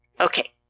Okay